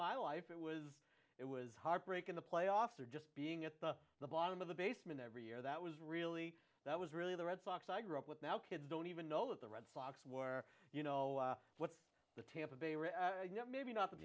my life it was it was heartbreaking the playoffs or just being at the the bottom of the basement every year that was really that was really the red sox i grew up with now kids don't even know that the red sox were you know what the tampa bay were maybe not the